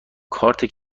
کارت